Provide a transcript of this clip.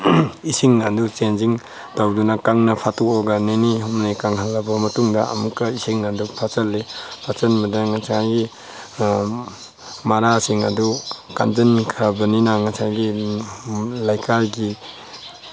ꯏꯁꯤꯡ ꯑꯗꯨ ꯆꯦꯟꯖꯤꯡ ꯇꯧꯗꯨꯅ ꯀꯪꯅ ꯐꯥꯠꯇꯣꯛꯑꯒ ꯅꯤꯅꯤ ꯍꯨꯝꯅꯤ ꯀꯪꯍꯟꯂꯕ ꯃꯇꯨꯡꯗ ꯑꯃꯨꯛꯀ ꯏꯁꯤꯡ ꯑꯗꯨ ꯐꯥꯠꯆꯤꯟꯂꯤ ꯐꯥꯠꯆꯤꯟꯕꯗ ꯉꯁꯥꯏꯒꯤ ꯃꯅꯥꯁꯤꯡ ꯑꯗꯨ ꯀꯟꯁꯤꯟꯈ꯭ꯔꯕꯅꯤꯅ ꯉꯁꯥꯏꯒꯤ ꯂꯩꯀꯥꯏꯒꯤ